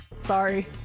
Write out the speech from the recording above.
Sorry